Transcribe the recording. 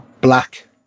black